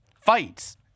fights